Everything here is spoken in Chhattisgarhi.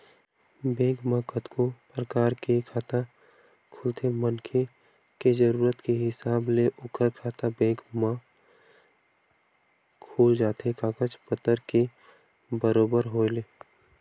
बेंक म कतको परकार के खाता खुलथे मनखे के जरुरत के हिसाब ले ओखर खाता बेंक म खुल जाथे कागज पतर के बरोबर होय ले